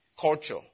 culture